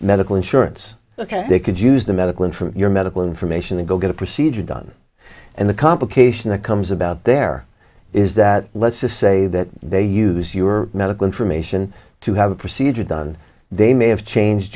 medical insurance ok they could use the medical in from your medical information to go get a procedure done and the complication that comes about there is that let's just say that they use your medical information to have a procedure done they may have changed